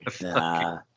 Nah